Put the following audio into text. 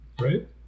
right